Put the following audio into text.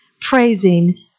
praising